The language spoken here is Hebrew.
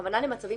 הכוונה היא למצבים